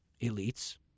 elites